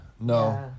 no